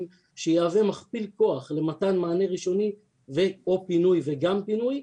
שיהווה מכפיל כוח למתן מענה ראשוני ו/או פינוי וגם פינוי,